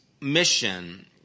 mission